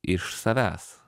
iš savęs